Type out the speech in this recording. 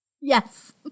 Yes